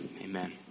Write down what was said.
Amen